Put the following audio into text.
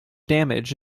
damage